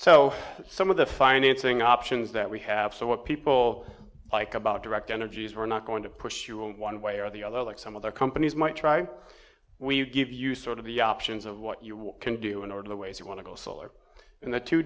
so some of the financing options that we have so what people like about direct energy is we're not going to push you in one way or the other like some other companies might try we give you sort of the options of what you can do in order the ways you want to go solar in the two